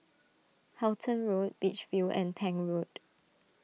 Halton Road Beach View and Tank Road